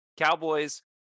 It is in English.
cowboys